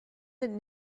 that